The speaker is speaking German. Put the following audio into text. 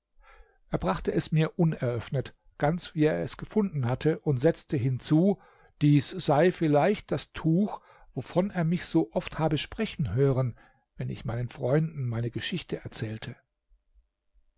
er brachte es mir uneröffnet ganz wie er es gefunden hatte und setzte hinzu dies sei vielleicht das tuch wovon er mich so oft habe sprechen hören wenn ich meinen freunden meine geschichte erzählte